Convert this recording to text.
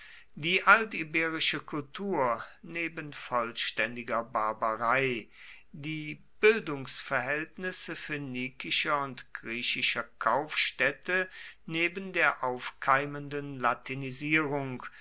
die altiberische kultur neben vollständiger barbarei die bildungsverhältnisse phönikischer und griechischer kaufstädte neben der aufkeimenden latinisierung